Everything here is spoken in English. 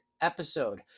episode